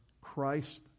Christ